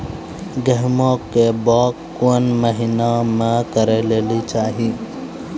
गेहूँमक बौग कून मांस मअ करै लेली चाही?